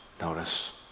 Notice